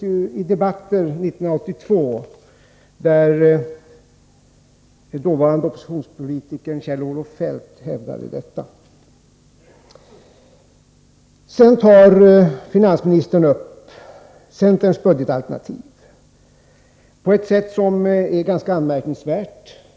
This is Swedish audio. I en debatt 1982 hävdade den dåvarande oppositionspolitikern Kjell-Olof Feldt detta. Finansministern tar upp centerns budgetalternativ på ett sätt som är ganska anmärkningsvärt.